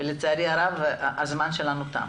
ולצערי הרב זמננו תם.